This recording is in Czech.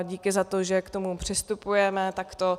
Díky za to, že k tomu přistupujeme takto.